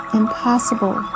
impossible